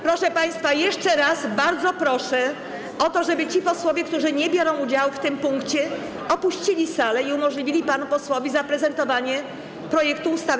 Proszę państwa, jeszcze raz bardzo proszę o to, żeby ci posłowie, którzy nie biorą udziału w tym punkcie, opuścili salę i umożliwili panu posłowi zaprezentowanie projektu ustawy.